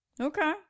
Okay